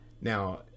Now